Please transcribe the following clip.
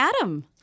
Adam